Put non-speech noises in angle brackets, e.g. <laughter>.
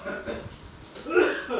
<coughs>